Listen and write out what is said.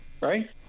right